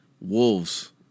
wolves